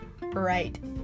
right